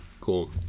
Cool